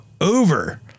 over